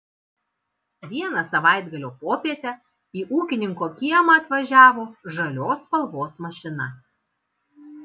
vieną savaitgalio popietę į ūkininko kiemą atvažiavo žalios spalvos mašina